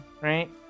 right